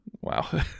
wow